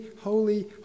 holy